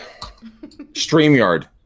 StreamYard